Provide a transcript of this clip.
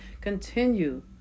Continue